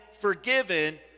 forgiven